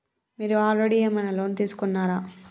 మీరు ఆల్రెడీ ఏమైనా లోన్ తీసుకున్నారా?